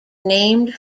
named